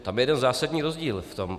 Tam je jeden zásadní rozdíl v tom.